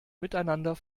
miteinander